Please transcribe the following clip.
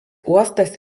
uostas